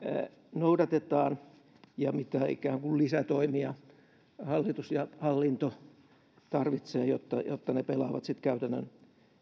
noudatetaan ja mitä ikään kuin lisätoimia hallitus ja hallinto tarvitsevat jotta jotta ne pelaavat sitten käytännön